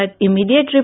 immediate